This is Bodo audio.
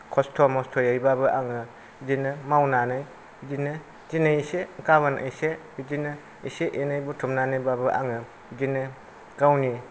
कस्त' मस्त'यैबाबो आङो बिदिनो मावनानै बिदिनो दिनै इसे गाबोन इसे बिदिनो एसे एनै बुथुमनानैबाबो आङो बिदिनो गावनि